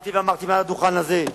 קמתי ואמרתי מעל לדוכן הזה,